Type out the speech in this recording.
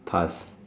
pass